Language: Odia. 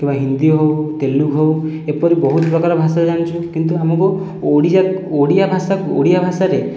କିମ୍ବା ହିନ୍ଦୀ ହେଉ ତେଲୁଗୁ ହେଉ ଏପରି ବହୁତ ପ୍ରକାର ଭାଷା ଜାଣିଛୁ କିନ୍ତୁ ଆମକୁ ଓଡ଼ିଆ ଭାଷା ଓଡ଼ିଆ ଭାଷାରେ